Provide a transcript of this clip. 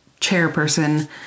chairperson